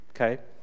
Okay